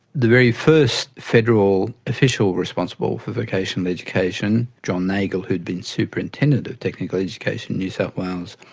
the very first federal official responsible for vocational education, john nagle, who had been superintendent of technical education in new south wales,